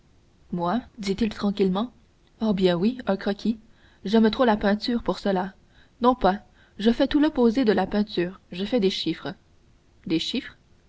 moi dit-il tranquillement oh bien oui un croquis j'aime trop la peinture pour cela non pas je fais tout l'opposé de la peinture je fais des chiffres des chiffres